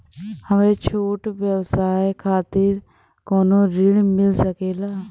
हमरे छोट व्यवसाय खातिर कौनो ऋण मिल सकेला?